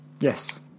yes